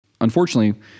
Unfortunately